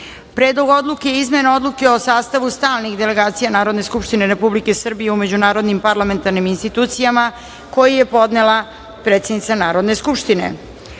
Predlog odluke i izmenama Odluke o sastavu stalnih delegacija Narodne skupštine Republike Srbije u međunarodnim parlamentarnim institucijama, koji je podnela predsednica Narodne skupštine;53.